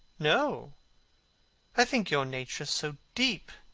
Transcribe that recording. no i think your nature so deep.